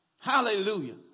Hallelujah